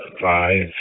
five